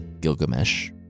Gilgamesh